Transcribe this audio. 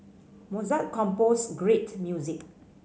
Mozart composed great music